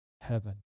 heaven